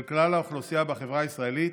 של כלל האוכלוסייה בחברה הישראלית,